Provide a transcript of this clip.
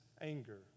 anger